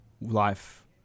life